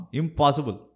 impossible